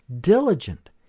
Diligent